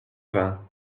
vin